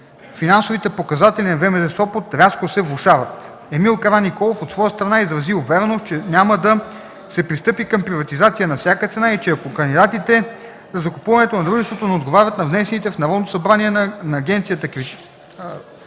финансовите показатели на ВМЗ – Сопот, рязко се влошават. Емил Караниколов от своя страна изрази увереност, че няма да се пристъпи към приватизация на всяка цена и че ако кандидатите за закупуването на дружеството не отговарят на внесените в Народното събрание от агенцията